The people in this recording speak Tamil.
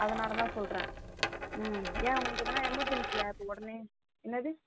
அதனால் தான் சொல்கிறேன் ம் ஏன் உங்களுக்கு எதுன்னா எமர்ஜன்சியா இப்போ உடனே என்னது